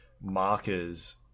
markers